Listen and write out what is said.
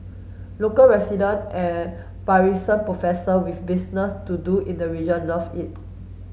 local resident and Parisian professor with business to do in the region love it